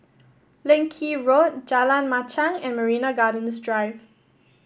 Leng Kee Road Jalan Machang and Marina Gardens Drive